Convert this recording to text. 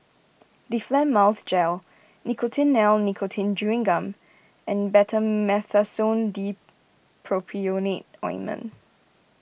Difflam Mouth Gel Nicotinell Nicotine Chewing Gum and Betamethasone Dipropionate Ointment